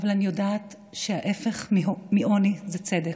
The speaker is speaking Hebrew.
אבל אני יודעת שההפך מעוני זה צדק.